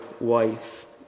wife